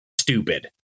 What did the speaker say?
stupid